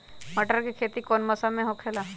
मटर के खेती कौन मौसम में होखेला?